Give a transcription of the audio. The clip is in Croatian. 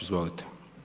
Izvolite.